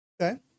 okay